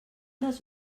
dels